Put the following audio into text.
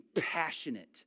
passionate